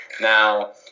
Now